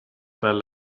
well